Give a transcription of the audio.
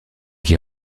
qui